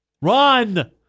Run